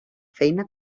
feina